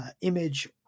image